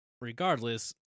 Regardless